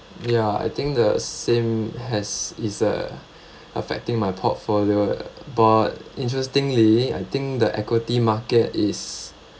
ya I think the same has is a~ affecting my portfolio but interestingly I think the equity market is